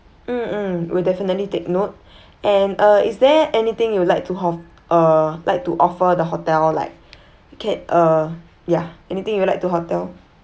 mm mm we'll definitely take note and uh is there anything you would like to of~ uh like to offer the hotel like ca~ uh ya anything you like to hotel